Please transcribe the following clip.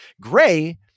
Gray